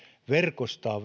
verkostaa